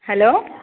hello